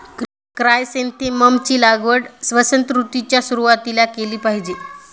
chrysanthemum ची लागवड वसंत ऋतूच्या सुरुवातीला केली पाहिजे